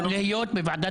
שאין לנו ולהם יש,